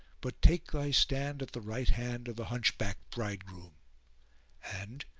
but take thy stand at the right hand of the hunchback bridegroom and,